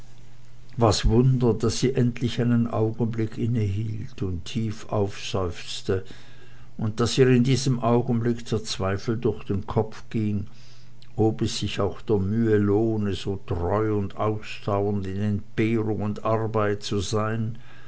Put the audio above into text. was wunder daß sie daher endlich einen augenblick innehielt und tief aufseufzte und daß ihr in diesem augenblick der zweifel durch den kopf ging ob es sich auch der mühe lohne so treu und ausdauernd in entbehrung und arbeit zu sein